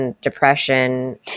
depression